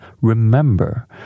Remember